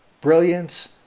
brilliance